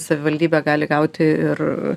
savivaldybė gali gauti ir